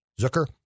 Zucker